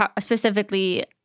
specifically